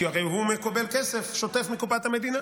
כי הרי הוא מקבל כסף שוטף מקופת המדינה.